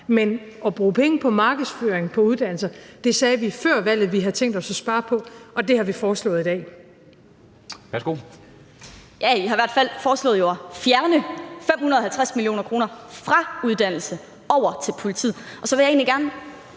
Men at bruge penge på markedsføring af uddannelser – det sagde vi før valget, at vi havde tænkt os at spare på, og det har vi foreslået i dag.